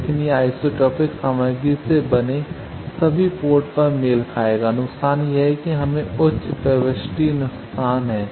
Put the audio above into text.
लेकिन यह आइसोट्रोपिक सामग्री से बने सभी पोर्ट पर मेल खाएगा नुकसान यह है हमे उच्च प्रविष्टि नुकसान है